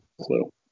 clue